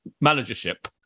managership